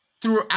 throughout